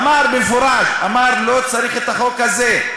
אמר במפורש: לא צריך את החוק הזה.